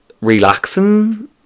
relaxing